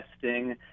testing